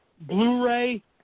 Blu-ray